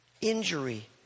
injury